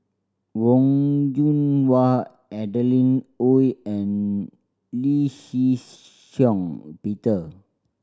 Wong Yoon Wah Adeline Ooi and Lee Shih Shiong Peter